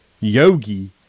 yogi